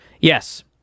Yes